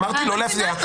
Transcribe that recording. אמרתי לא להפריע.